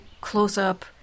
close-up